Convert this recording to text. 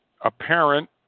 apparent